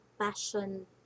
passion